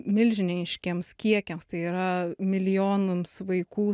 milžiniškiems kiekiams tai yra milijonams vaikų